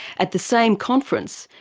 at the same conference,